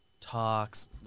talks